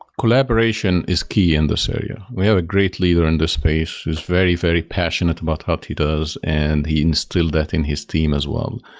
collaboration is key in this area. we have a great leader in this space who's very, very passionate about what he does and he instilled that in his team as well.